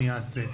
אני אעשה,